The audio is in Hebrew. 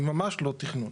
היא ממש לא תכנון.